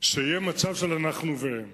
שיהיה מצב של "אנחנו" ו"הם".